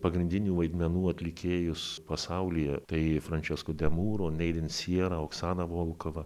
pagrindinių vaidmenų atlikėjus pasaulyje tai frančesko demuro neidin siera oksana volkova